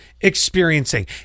experiencing